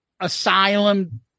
Asylum